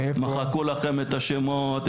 מחקו לכם את השמות,